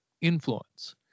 influence